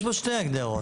יש פה שתי הגדרות,